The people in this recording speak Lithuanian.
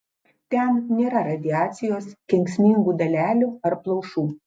ten nėra radiacijos kenksmingų dalelių ar plaušų